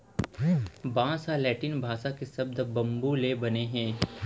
बांस ह लैटिन भासा के सब्द बंबू ले बने हे